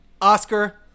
oscar